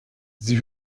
sie